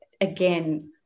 again